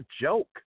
joke